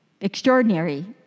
extraordinary